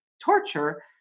torture